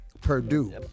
Purdue